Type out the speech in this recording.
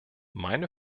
meine